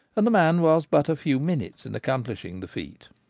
and the man was but a few minutes in accomplishing the feat.